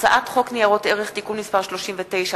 הצעת חוק ניירות ערך (תיקון מס' 39),